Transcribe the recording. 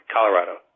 Colorado